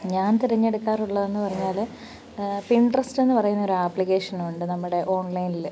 ഞാൻ തെരഞ്ഞെടുക്കാറുള്ളതെന്ന് പറഞ്ഞാൽ പിൻട്രെസ്റ്റ് എന്നുപറയുന്നൊരു അപ്ലിക്കേഷനുണ്ട് നമ്മുടെ ഓൺലൈനിൽ